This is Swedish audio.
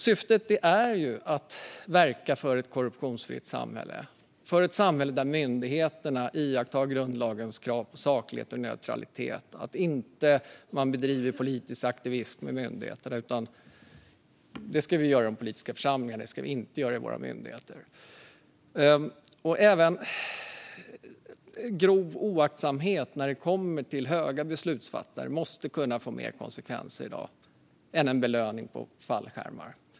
Syftet är ju att verka för ett korruptionsfritt samhälle och ett samhälle där myndigheterna iakttar grundlagens krav på saklighet och neutralitet. Man ska inte bedriva politisk aktivism vid myndigheter, utan det ska vi i så fall göra i de politiska församlingarna. Även grov oaktsamhet hos höga beslutsfattare måste kunna få mer konsekvenser än i dag. Det får inte leda till en belöning med en fallskärm.